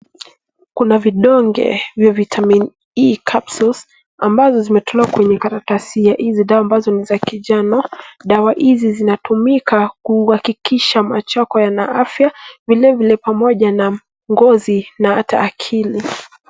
Kuna vidonge vya vitamin E capsules ambazo zimetolewa kwenye karatasi ya hizi dawa ambazo ni za kijano. Dawa hizi zinatumika kuhakikisha macho yako yana afya vilevile pamoja na ngozi na ata akili.